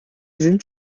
sind